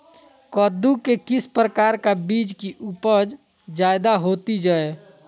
कददु के किस प्रकार का बीज की उपज जायदा होती जय?